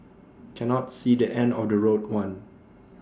cannot see the end of the road one